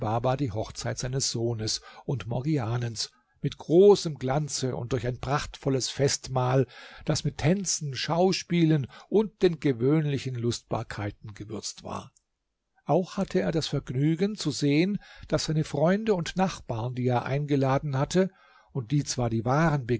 die hochzeit seines sohnes und morgianens mit großem glanze und durch ein prachtvolles festmahl das mit tänzen schauspielen und den gewöhnlichen lustbarkeiten gewürzt war auch hatte er das vergnügen zu sehen daß seine freunde und nachbarn die er eingeladen hatte und die zwar die wahren